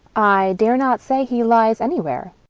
i dare not say he lies anywhere.